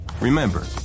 Remember